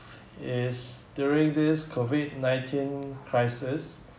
is during this COVID nineteen crisis